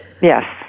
Yes